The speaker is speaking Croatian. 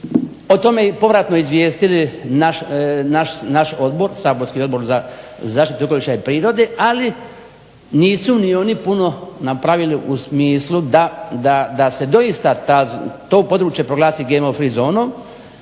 o tome i povratno izvijestili naš odbor, Saborski Odbor za zaštitu okoliša i prirode, ali nisu ni oni puno napravili u smislu da se doista ta zona, to područje proglasi GMO free zonom